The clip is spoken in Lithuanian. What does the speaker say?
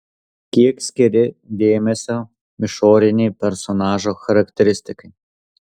kiek skiri dėmesio išorinei personažo charakteristikai